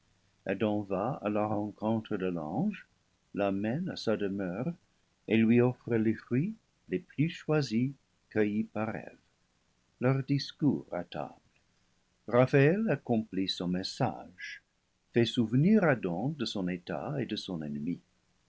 adam va à la rencontre de l'ange l'amène à sa demeure et lui offre les fruits les plus choisis cueillis par eve leurs discours à table raphaël accomplit son message fait souvenir adam de son état et de son ennemi